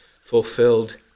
fulfilled